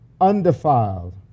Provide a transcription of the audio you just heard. undefiled